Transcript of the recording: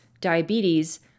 diabetes